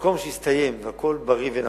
במקום שזה הסתיים והכול בריא ונכון,